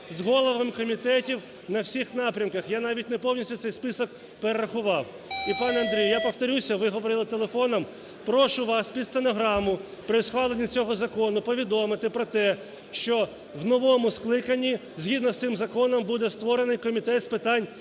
з головами комітетів на всіх напрямках. Я навіть не повністю цей список перерахував. І, пане Андрію, я повторюся, ви говорили телефоном. Прошу вас, під стенограму, при схваленні цього закону повідомити про те, що в новому скликанні згідно з цим законом буде створений Комітет з питань